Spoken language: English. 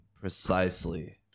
precisely